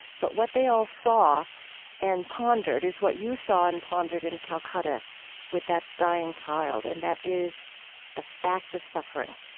but what they all saw and pondered is what you saw and pondered in calcutta with that dying child, and that is the fact of suffering.